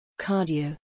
Cardio